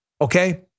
Okay